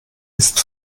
ist